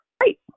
Great